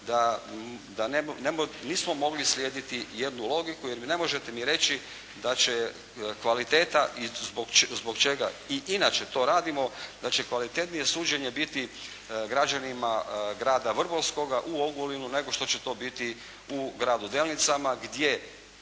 da nismo mogli slijediti jednu logiku jer mi ne možete reći da će kvaliteta, zbog čega i inače to radimo, da će kvalitetnije suđenje biti građanima grada Vrbovskoga u Ogulinu nego što će to biti u gradu Delnicama gdje,